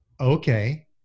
okay